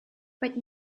but